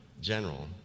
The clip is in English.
general